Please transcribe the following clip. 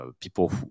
people